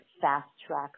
fast-track